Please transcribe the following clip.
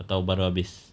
atau baru habis